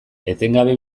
etengabe